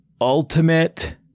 ultimate